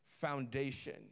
foundation